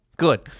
Good